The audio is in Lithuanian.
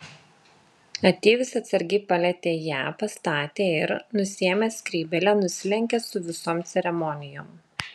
ateivis atsargiai palietė ją pastatė ir nusiėmęs skrybėlę nusilenkė su visom ceremonijom